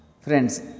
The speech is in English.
friends